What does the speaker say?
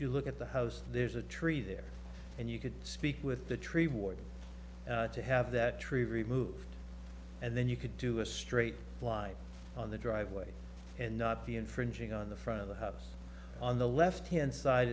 you look at the house there's a tree there and you could speak with the tree warden to have that tree removed and then you could do a straight line on the driveway and not be infringing on the front of the house on the left hand side